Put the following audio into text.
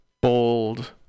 bold